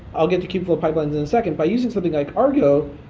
i'll get to kubeflow pipelines in a second, by using something like argo,